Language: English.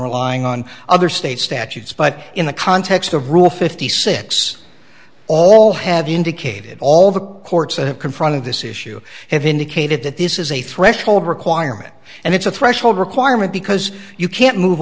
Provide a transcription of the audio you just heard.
relying on other state statutes but in the context of rule fifty six all have indicated all the courts that have confronted this issue have indicated that this is a threshold requirement and it's a threshold requirement because you can't move